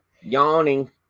yawning